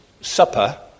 Supper